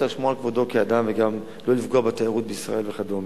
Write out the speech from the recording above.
צריך לשמור על כבודו כאדם וגם לא לפגוע בתיירות לישראל וכדומה.